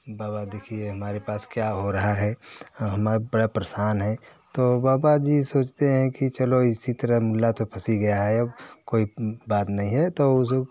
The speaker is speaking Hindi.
बाबा देखिए हमारे पास क्या हो रहा है हमारा बड़ा परेशान है तो बाबा जी सोचते हैं कि चलो इसी तरह मिला तो फँसी गया है कोई बात नहीं है तो